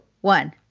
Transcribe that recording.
one